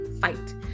fight